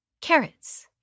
Carrots